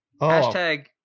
Hashtag